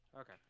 Okay